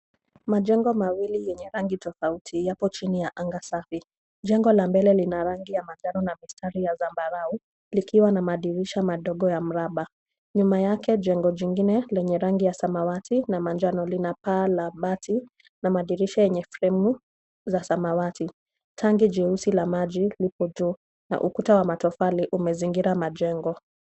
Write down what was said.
Majengo mawili yenye rangi tofuati yapo chini ya anga safi. Jengo la mbele lina rangi ya manjano na mistari ya zambarau, likiwa na madirisha madogo ya mraba. Nyuma yake jengo jingine, lenye rangi ya samawati na manjano lina paa la bati na madirisha yenye framu za samawati. Tangi jeusi la maji lipo juu, na ukuta wa matofali umezingira majengo.